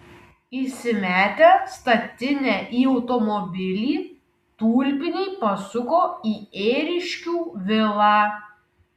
įsimetę statinę į automobilį tulpiniai pasuko į ėriškių vilą